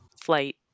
flight